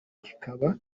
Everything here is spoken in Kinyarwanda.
kikaba